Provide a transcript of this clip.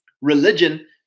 religion